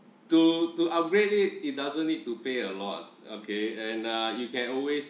to to upgrade it it doesn't need to pay a lot okay and uh you can always